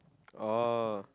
oh